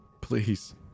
Please